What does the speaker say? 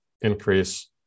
increase